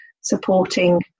supporting